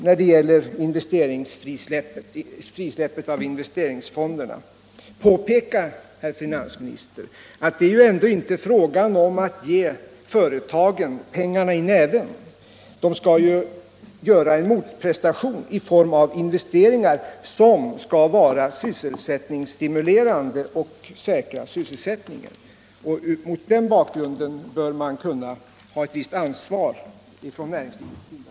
När det gäller frisläppet av investeringsfonderna är det, herr finansminister, inte fråga om att bara ge företagen pengarna i näven. De skall göra en motprestation i form av investeringar, som skall stimulera och säkra sysselsättningen. Mot den bakgrunden bör det inte kunna bli fråga om något missbruk ur regionalpolitisk synpunkt.